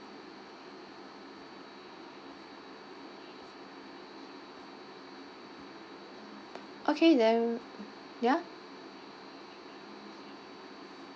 okay then ya